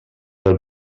del